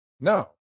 No